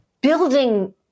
building